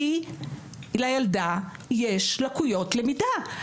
כי לילדה יש לקויות למידה.